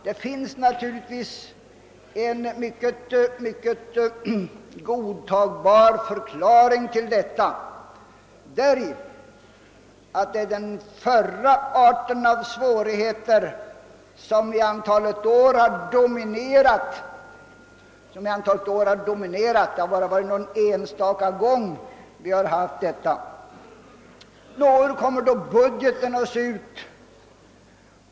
Det finns naturligtvis en förklaring till detta. Denna ligger i att det är högkonjunkturen som under ett antal år varit dominerande. Endast någon enstaka gång har svårigheterna varit av det andra slaget.